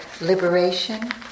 liberation